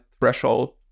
threshold